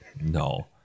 no